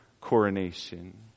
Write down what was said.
coronation